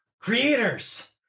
Creators